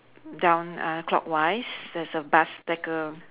down uh clockwise there's a bus like a